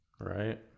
right